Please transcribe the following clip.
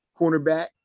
cornerback